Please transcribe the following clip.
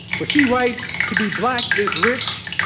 but she writes, to be black is rich,